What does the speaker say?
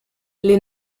les